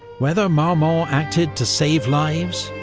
whether marmont acted to save lives,